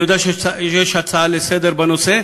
אני יודע שיש הצעה לסדר-היום בנושא,